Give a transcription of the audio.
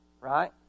right